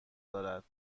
دارد